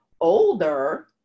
older